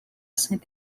sainte